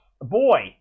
Boy